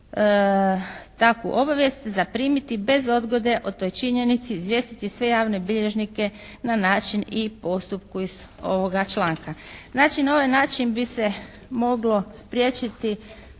takvu obavijest zaprimiti bez odgode o toj činjenici, izvijestiti sve javne bilježnike na način i postupku iz ovoga članka. Znači na ovaj način bi se moglo spriječiti